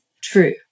true